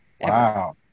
Wow